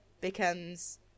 becomes